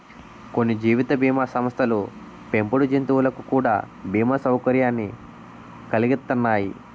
కొన్ని జీవిత బీమా సంస్థలు పెంపుడు జంతువులకు కూడా బీమా సౌకర్యాన్ని కలిగిత్తన్నాయి